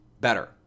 better